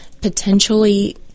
potentially